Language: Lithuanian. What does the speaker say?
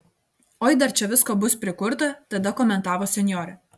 oi dar čia visko bus prikurta tada komentavo senjorė